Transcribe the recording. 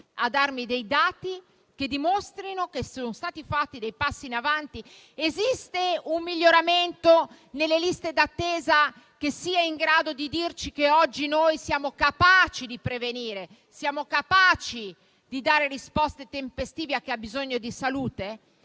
a darmi dei dati che dimostrino che sono stati fatti dei passi in avanti. Esiste un miglioramento nelle liste d'attesa che sia in grado di dirci che oggi siamo capaci di prevenire e di dare risposte tempestive a chi ha bisogno di salute?